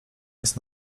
jest